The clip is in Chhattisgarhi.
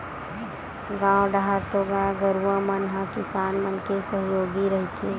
गाँव डाहर तो गाय गरुवा मन ह किसान मन के सहयोगी रहिथे